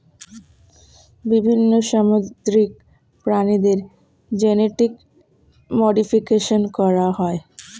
বিভিন্ন সামুদ্রিক প্রাণীদের জেনেটিক মডিফিকেশন করা হয়